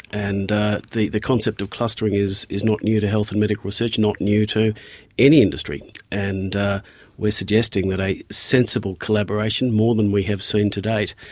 and ah the the concept of clustering is is not new to health and medical research, not new to any industry. and we're suggesting that a sensible collaboration, more than we have seen to date,